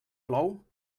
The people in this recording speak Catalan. plou